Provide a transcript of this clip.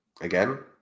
again